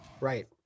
Right